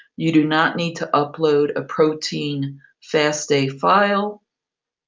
you do not need to upload a protein fasta file.